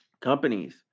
companies